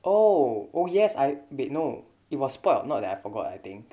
oh oh yes I wait no it was spoilt not that I forgot I think